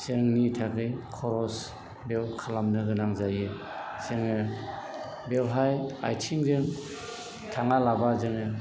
जोंनि थाखाय खरस बेयाव खालामनो गोनां जायो जोङो बेवहाय आथिंजों थाङालाबा जोङो